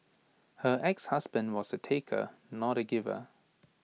her exhusband was A taker not A giver